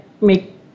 make